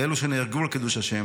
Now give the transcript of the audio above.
לאלו שנהרגו על קידוש השם,